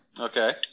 okay